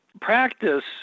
practice